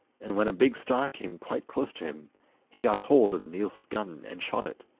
and when a big stag came quite close to him he got hold of niels' gun and shot it.